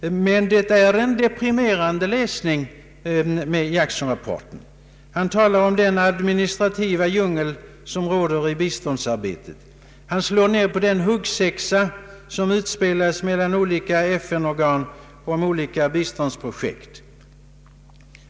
Men Jacksonrapporten är en depri merande läsning. Den talar om den ”administrativa djungel” som råder i biståndsarbetet. Den slår ned på den huggsexa som utspelas mellan olika FN organ om olika biståndsprojekt.